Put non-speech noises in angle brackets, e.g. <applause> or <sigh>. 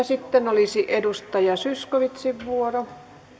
<unintelligible> sitten olisi edustaja zyskowiczin vuoro